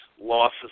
losses